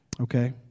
Okay